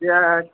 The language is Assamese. এতিয়া